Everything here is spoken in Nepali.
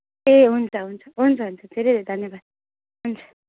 ए हुन्छ हुन्छ हुन्छ हुन्छ धेरै धेरै धन्यवाद हुन्छ